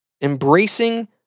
embracing